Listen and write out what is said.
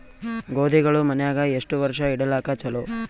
ಗೋಧಿಗಳು ಮನ್ಯಾಗ ಎಷ್ಟು ವರ್ಷ ಇಡಲಾಕ ಚಲೋ?